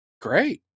great